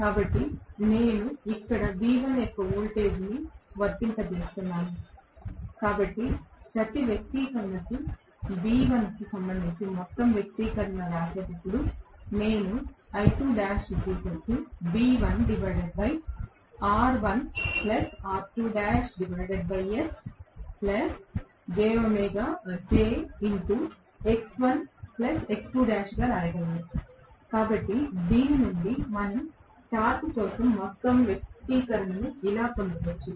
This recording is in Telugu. కాబట్టి నేను ఇక్కడ V1 యొక్క వోల్టేజ్ను వర్తింపజేస్తున్నాను కాబట్టి నేను ప్రతి వ్యక్తీకరణకు V1 కి సంబంధించి మొత్తం వ్యక్తీకరణను వ్రాసేటప్పుడు నేను గా వ్రాయగలను కాబట్టి దీని నుండి మనము టార్క్ కోసం మొత్తం వ్యక్తీకరణను ఇలా పొందవచ్చు